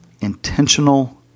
intentional